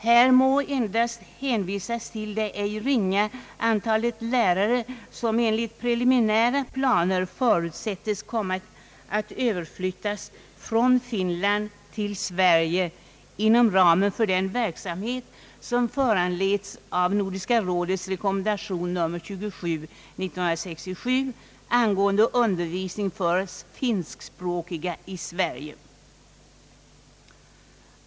Här må endast hänvisas till det ej ringa antal lärare som enligt preliminära planer förutsättes komma att överflyttas från Finland till Sverige inom ramen för den verksamhet som föranleds av Nordiska rådets rekommendation nr 27 år 1967 angående undervisning för finskspråkiga i Sverige.